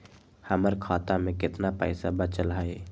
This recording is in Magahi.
हमर खाता में केतना पैसा बचल हई?